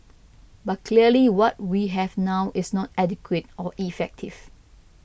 but clearly what we have now is not adequate or effective